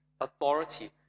authority